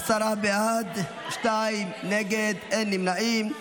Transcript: עשרה בעד, שניים נגד, אין נמנעים.